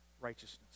righteousness